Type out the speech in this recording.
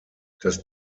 das